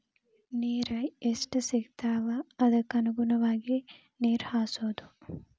ನೇರ ಎಷ್ಟ ಸಿಗತಾವ ಅದಕ್ಕ ಅನುಗುಣವಾಗಿ ನೇರ ಹಾಸುದು